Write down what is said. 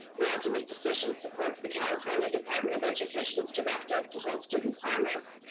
your ultimate decision supports the california department of education's directive to hold students harmless,